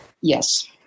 yes